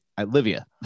Olivia